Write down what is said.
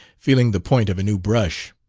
feeling the point of a new brush.